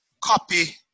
copy